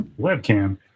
Webcam